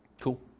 Cool